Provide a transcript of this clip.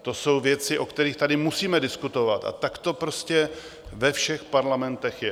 To jsou věci, o kterých tady musíme diskutovat, a tak to prostě ve všech parlamentech je.